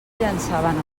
llançaven